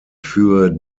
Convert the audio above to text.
für